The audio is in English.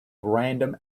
random